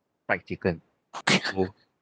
fried chicken so